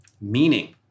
Meaning